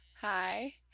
hi